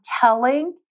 telling